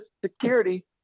security